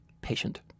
patient